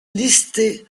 listée